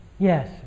Yes